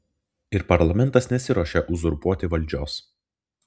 ir parlamentas nesiruošia uzurpuoti valdžios